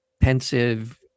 pensive